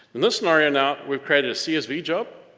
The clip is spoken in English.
and this scenario now we've created a csvjob,